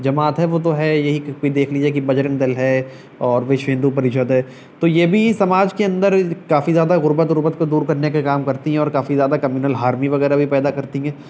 جماعت ہے وہ تو ہے یہی کیونکہ دیکھ لیجیے کہ بجرنگ دل ہے اور وشو ہندو پریشد ہے تو یہ بھی سماج کے اندر کافی زیادہ غربت اربت کو دور کرنے کے کام کرتی ہیں اور کافی زیادہ کمیونل ہارمنی وغیرہ بھی پیدا کرتی ہیں